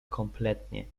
kompletnie